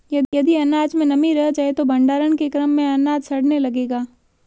यदि अनाज में नमी रह जाए तो भण्डारण के क्रम में अनाज सड़ने लगेगा